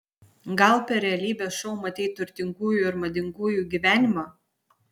gal per realybės šou matei turtingųjų ir madingųjų gyvenimą